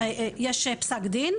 יש פסק דין